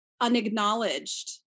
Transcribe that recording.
unacknowledged